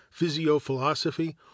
physiophilosophy